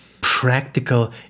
practical